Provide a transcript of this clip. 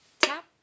tap